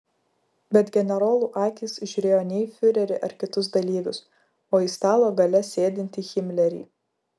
bet generolų akys žiūrėjo ne į fiurerį ar kitus dalyvius o į stalo gale sėdintį himlerį